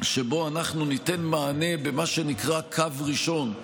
שבו אנחנו ניתן מענה במה שנקרא "קו ראשון",